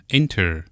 enter